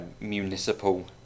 municipal